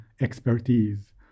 expertise